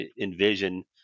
envision